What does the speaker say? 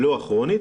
לא הכרונית.